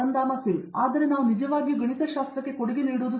ಅರಂದಾಮ ಸಿಂಗ್ ಆದರೆ ನಾವು ನಿಜವಾಗಿಯೂ ಗಣಿತಶಾಸ್ತ್ರಕ್ಕೆ ಕೊಡುಗೆ ನೀಡಲು ಸಾಧ್ಯವಾಗುವುದಿಲ್ಲ